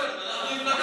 אנחנו התנגדנו.